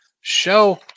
show